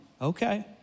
Okay